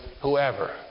whoever